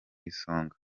isonga